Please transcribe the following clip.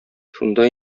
шунда